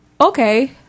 okay